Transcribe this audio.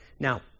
Now